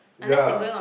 ya